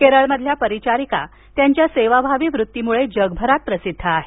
केरळमधल्या परिचारिका त्यांच्या सेवाभावी वृत्तीमुळे जगभरात प्रसिद्ध आहेत